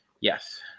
yes